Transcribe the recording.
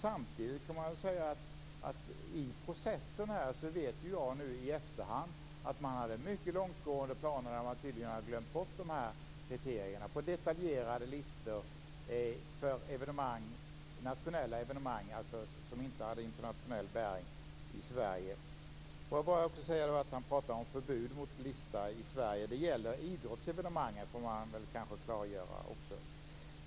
Samtidigt vet jag nu i efterhand att man i den här processen hade mycket långtgående planer, där man tydligen hade glömt bort de här kriterierna, på detaljerade listor för nationella evenemang, som alltså inte hade internationell bäring, i Sverige. Får jag också säga att Göran Magnusson pratar om förbud mot en lista i Sverige. Det gäller idrottsevenemangen. Det får man väl kanske också klargöra.